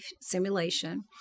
simulation